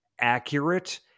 accurate